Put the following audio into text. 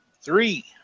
three